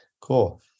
Cool